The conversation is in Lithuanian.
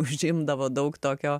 užimdavo daug tokio